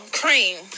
cream